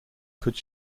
could